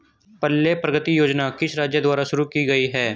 पल्ले प्रगति योजना किस राज्य द्वारा शुरू की गई है?